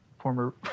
former